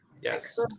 Yes